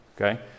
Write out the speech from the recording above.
okay